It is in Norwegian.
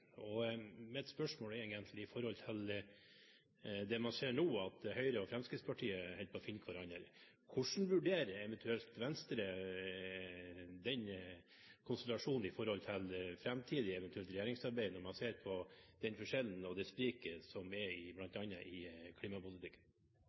og mitt spørsmål gjelder egentlig det man ser nå – at Høyre og Fremskrittspartiet holder på å finne hverandre. Hvordan vurderer Venstre den konstellasjonen i forhold til eventuelt framtidig regjeringssamarbeid, når man ser på den forskjellen og det spriket som er bl.a. i